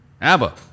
ABBA